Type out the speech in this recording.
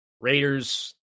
Raiders